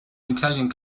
italian